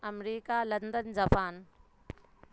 America London Japan